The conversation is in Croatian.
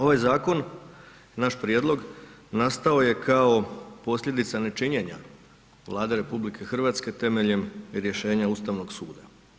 Ovaj zakon naš prijedlog nastao je kao posljedica nečinjenja Vlade RH temeljem rješenja Ustavnog suda.